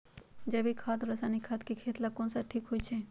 जैविक खाद और रासायनिक खाद में खेत ला कौन खाद ठीक होवैछे?